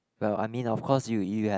well I mean of course you you have